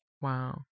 wow